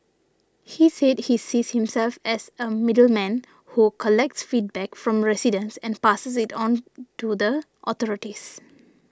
he said he sees himself as a middleman who collects feedback from residents and passes it on to the authorities